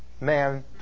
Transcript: man